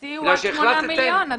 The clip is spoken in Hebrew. הבסיסי הוא עד 8 מיליון שקלים.